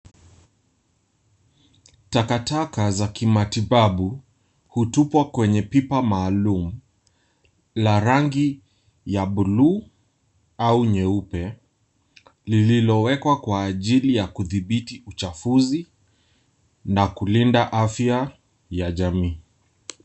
Takataka za kimatibabu hutupwa kwenye pipa maluum la rangi ya buluu au nyeupe, lililowekwa kwa ajili ya kudhibiti uchafuzi na kulinda afya ya jamii.